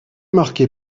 marquée